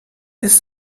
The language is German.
ist